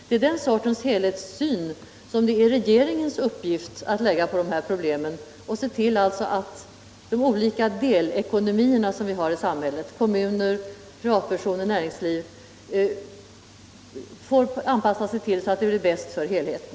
Det är den sortens helhetssyn som det är regeringens uppgift att lägga på de här problemen och alltså se till att de olika delekonomierna som vi har i samhället — kommuner, privatpersoner, näringsliv — får anpassa sig så att det blir bäst för helheten.